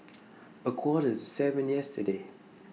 A Quarter to seven yesterday